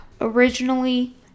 Originally